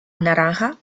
naranja